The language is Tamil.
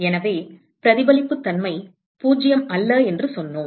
எனவே பிரதிபலிப்புத்தன்மை 0 அல்ல என்று சொன்னோம்